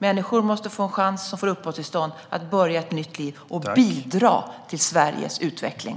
Människor som får uppehållstillstånd måste få en chans att börja ett nytt liv och bidra till Sveriges utveckling.